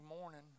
morning